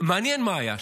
מעניין מה היה שם.